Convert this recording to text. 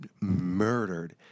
murdered